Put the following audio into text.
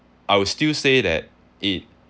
I would still say that it